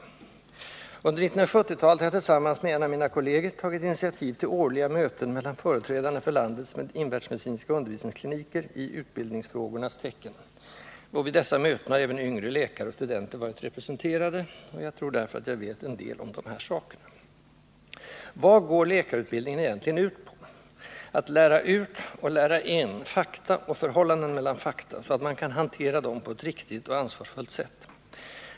Under 1970-talet har jag tillsammans med en av mina kolleger tagit initiativ till årliga möten mellan företrädarna för landets invärtesmedicinska undervisningskliniker i utbildningsfrågornas tecken. Vid dessa möten har även yngre läkare och studenter varit representerade. Jag tror därför att jag vet en del om de här sakerna. Vad går läkarutbildningen egentligen ut på? Att lära ut och lära in fakta och förhållanden mellan fakta, så att man kan hantera dem på ett riktigt och ansvarsfullt sätt.